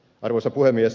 arvoisa puhemies